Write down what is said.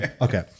Okay